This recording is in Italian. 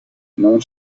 non